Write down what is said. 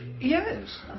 Yes